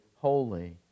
holy